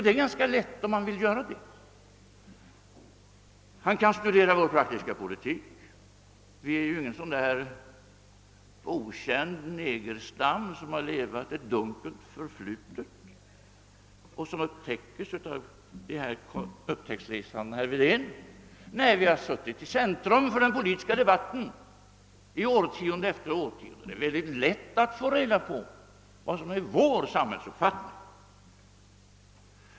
Det är ganska lätt, om han vill göra det. Han kan studera vår praktiska politik. Vi är ingen okänd negerstam, som har ett dunkelt förflutet och har upptäckts av upptäcktsresanden herr Wedén. Nej, vi har stått i centrum för den politiska debatten i årtionde efter årtionde. Det är mycket lätt att få reda på vilken samhällsuppfattning vi har.